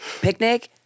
picnic